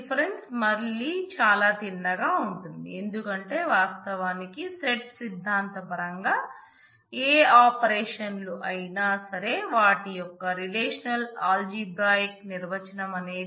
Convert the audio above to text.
set difference లో కూడా రాయవచ్చు